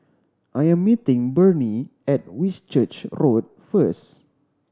I am meeting Burney at Whitchurch Road first